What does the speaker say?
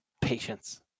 patience